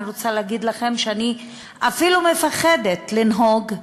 אני רוצה להגיד לכם שאני אפילו מפחדת לנהוג,